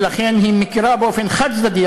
ולכן היא מכירה באופן חד-צדדי,